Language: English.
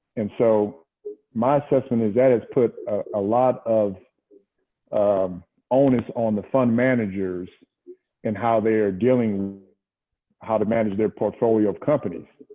and so my assessment is, that has put a lot of um onus on the fund managers and how they are dealing how to manage their portfolio of companies.